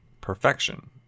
perfection